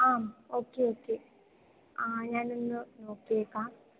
ആം okay okay ആ ഞാനിന്ന് നോക്കിയേക്കാം